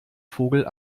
vogel